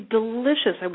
delicious